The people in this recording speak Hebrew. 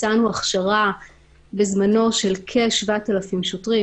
ביצענו הכשרה בזמנו של כ-7,000 שוטרים,